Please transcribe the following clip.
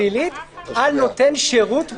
קביעת עבירה פלילית על נותן שירות באירוע.